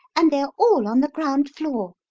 and they are all on the ground floor.